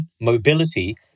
mobility